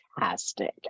fantastic